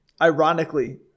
ironically